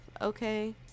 okay